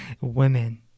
women